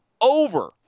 over